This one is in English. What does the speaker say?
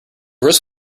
wrist